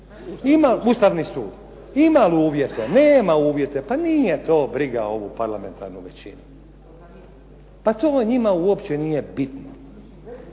Ima li uvjete, nema uvjete. Pa nije to briga ovu parlamentarnu većinu. Pa to njima uopće nije bitno.